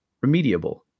remediable